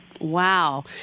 Wow